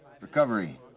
Recovery